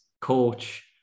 coach